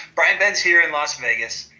brian benz here in las vegas.